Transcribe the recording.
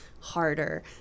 harder